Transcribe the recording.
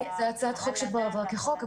זו הצעת חוק שכבר עברה כחוק,